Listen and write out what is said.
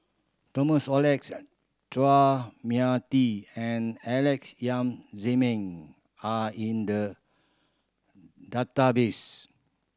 Thomas Oxley and Chua Mia Tee and Alex Yam Ziming are in the database